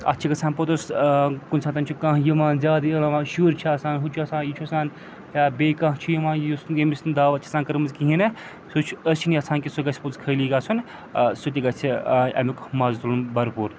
اَتھ چھِ گَژھان پوٚتُس کُنہِ ساتہٕ چھُ کانٛہہ یِوان زیادٕ علاوان شُرۍ چھِ آسان ہُہ چھُ آسان یہِ چھُ آسان یا بیٚیہِ کانٛہہ چھُ یِوان یُس نہٕ ییٚمِس نہٕ دعوت چھِ آسان کٔرمٕژ کِہیٖنۍ نہٕ سُہ چھُ أسۍ چھِنہٕ یَژھان کہِ سُہ گژھِ پوٚتُس خٲلی گژھُن سُہ تہِ گَژھِ اَمیُک مَزٕ تُلُن بھرپوٗر